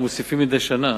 והם מוסיפים מדי שנה